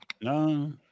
No